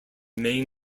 main